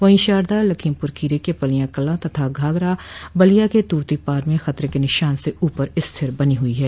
वहीं शारदा लखीमपुर खीरी के पलियाकलां तथा घाघरा बलिया के तुर्तीपार में खतरे के निशान से ऊपर स्थिर बनी हुई है